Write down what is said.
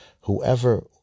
Whoever